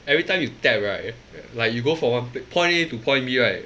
everytime you tap right like you go for one point A to point B right